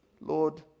Lord